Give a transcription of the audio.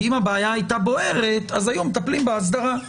כי אם הבעיה הייתה בוערת אז היו מטפלים באסדרה.